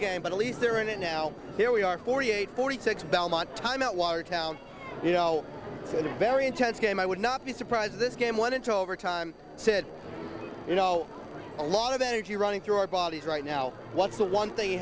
game but at least they're in it now here we are forty eight forty six belmont time at watertown you know it's a very intense game i would not be surprised this game went into overtime said you know a lot of energy running through our bodies right now what's the one thing you